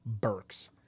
Burks